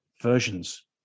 versions